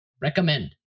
recommend